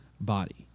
body